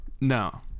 No